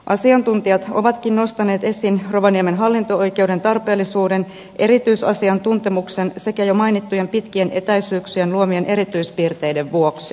asiantuntijat ovatkin nostaneet esiin rovaniemen hallinto oikeuden tarpeellisuuden erityisasiantuntemuksen sekä jo mainittujen pitkien etäisyyksien luomien erityispiirteiden vuoksi